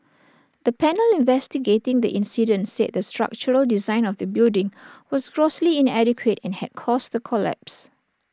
the panel investigating the incident said the structural design of the building was grossly inadequate and had caused the collapse